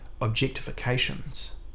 objectifications